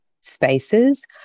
spaces